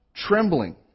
...trembling